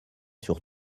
sur